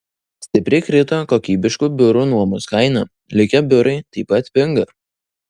stipriai krito kokybiškų biurų nuomos kaina likę biurai taip pat pinga